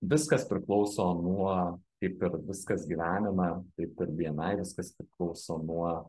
viskas priklauso nuo kaip ir viskas gyvenime taip ir bni viskas priklauso nuo